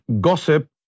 gossip